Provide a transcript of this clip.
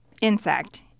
insect